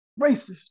racist